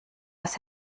das